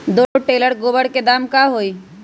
दो टेलर गोबर के दाम का होई?